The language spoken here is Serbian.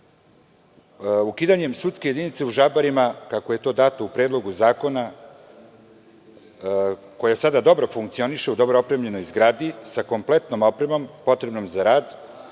Ukidanjem sudske jedinice u Žabarima, kako je to dato u Predlogu zakona, koje sada dobro funkcioniše, u dobro opremljenoj zgradi, sa kompletnom opremom potrebnom za rad,